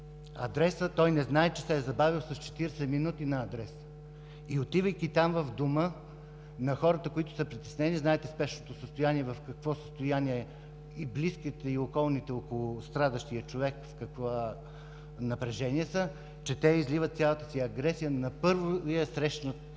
а той не знае, че се е забавил с 40 минути на адрес. Отивайки там в дома на хората, които са притеснени – знаете Спешното в какво състояние е, близките и околните около страдащия човек в какво напрежение са, че те изливат цялата си агресия на първото срещнато